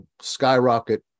skyrocket